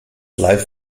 live